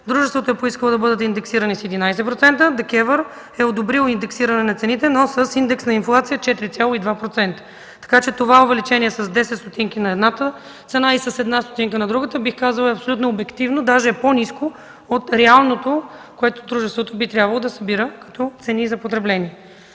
Дружеството е поискало да бъдат индексирани с 11%, ДКЕВР е одобрила индексиране на цените, но с индекс на инфлация 4,2%. Така че това увеличение с 10 стотинки на едната цена и с 1 стотинка на другата, бих казала, е абсолютно обективна, даже по-ниска от реалното, което дружеството би трябвало да събира като цени за потребление.